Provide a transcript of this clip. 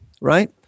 right